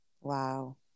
Wow